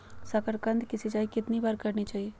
साकारकंद की सिंचाई कितनी बार करनी चाहिए?